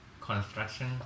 construction